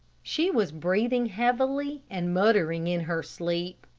she was breathing heavily and muttering in her sleep.